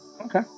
Okay